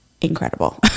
incredible